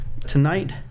tonight